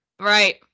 Right